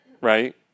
right